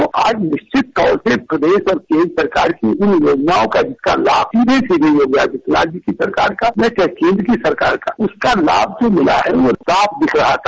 वह आज निश्चित तौर से प्रदेश और केन्द्र सरकार की उन योजनाओं का जिसका लाभ सीधे सीधे योगी आदित्यनाथ जी की सरकार का या केन्द्र की सरकार का उसका लाभ जो मिला है वह साफ दिख रहा था